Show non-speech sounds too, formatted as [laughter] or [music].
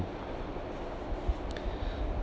[breath]